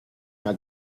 una